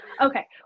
Okay